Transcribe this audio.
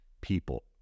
people